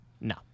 No